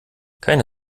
keine